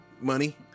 money